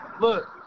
Look